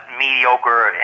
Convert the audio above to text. mediocre